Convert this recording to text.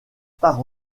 part